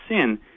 sin